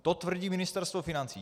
To tvrdí Ministerstvo financí.